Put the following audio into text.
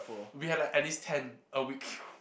we have like at least ten a week